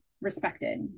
respected